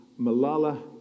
Malala